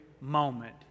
moment